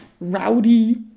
rowdy